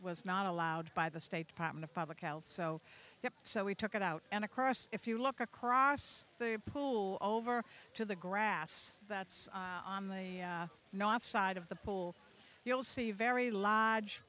was not allowed by the state department of public health so so we took it out and across if you look across the pool over to the grass that's on the north side of the pool you'll see very l